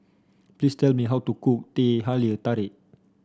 please tell me how to cook Teh Halia Tarik